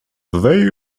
they